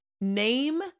Name